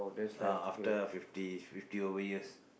ah after fifty fifty over years